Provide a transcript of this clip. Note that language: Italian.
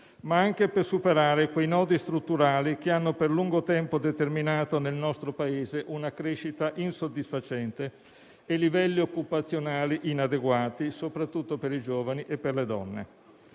ma anche per superare quei nodi strutturali che hanno per lungo tempo determinato nel nostro Paese una crescita insoddisfacente e livelli occupazionali inadeguati soprattutto per i giovani e per le donne.